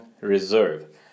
reserve